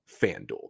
FanDuel